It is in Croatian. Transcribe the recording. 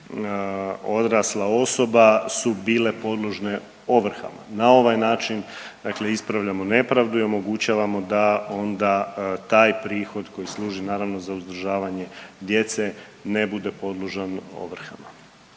odrasla osoba su bile podložne ovrhama. Na ovaj način dakle ispravljamo nepravdu i omogućavamo da onda taj prihod koji služi naravno za uzdržavanje djece ne bude podložan ovrhama.